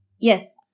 Yes